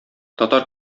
татар